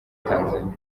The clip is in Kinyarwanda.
tanzania